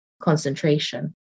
concentration